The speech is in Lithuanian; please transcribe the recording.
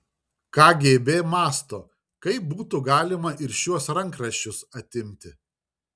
kgb mąsto kaip būtų galima ir šiuos rankraščius atimti